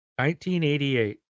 1988